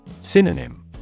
Synonym